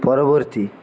পরবর্তী